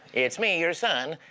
it's me, your son,